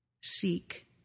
seek